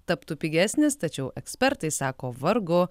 taptų pigesnis tačiau ekspertai sako vargu